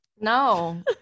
No